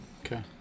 Okay